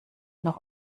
noch